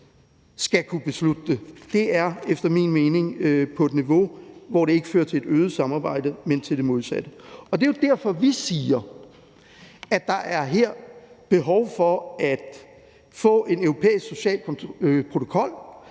skal kunne beslutte det, er efter min mening på et niveau, hvor det ikke fører til et øget samarbejde, men til det modsatte, og det er jo derfor, vi siger, at der her er behov for at få en europæisk social protokol,